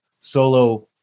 solo